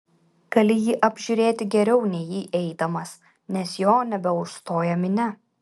gali jį apžiūrėti geriau nei įeidamas nes jo nebeužstoja minia